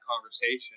conversation